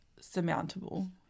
surmountable